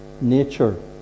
nature